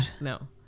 No